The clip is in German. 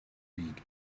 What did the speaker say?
wiegt